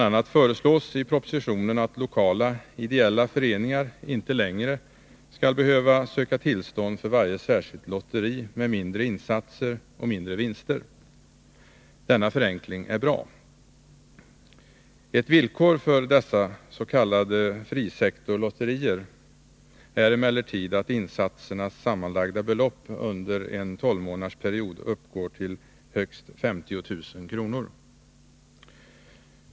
a. föreslås i propositionen att lokala ideella föreningar inte längre skall behöva söka tillstånd för varje särskilt lotteri med mindre insatser och mindre vinster. Denna förenkling är bra. Ett villkor för dessa s.k. frisektorslotterier är emellertid att insatsernas sammanlagda belopp under en tolvmånadersperiod uppgår till högst 50 000 kr.